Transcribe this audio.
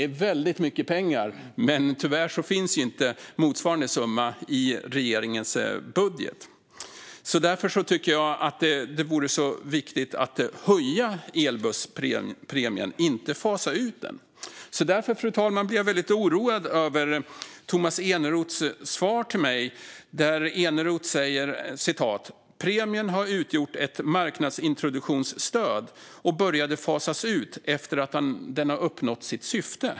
Det är väldigt mycket pengar, men tyvärr finns inte motsvarande summa i regeringens budget. Jag tycker att det är viktigt att höja elbusspremien, inte fasa ut den. Därför, fru talman, blir jag väldigt oroad över Tomas Eneroths svar till mig. Eneroth säger att "premien har utgjort ett marknadsintroduktionsstöd och började fasas ut efter att den uppnått sitt syfte".